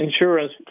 insurance